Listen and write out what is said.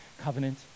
covenant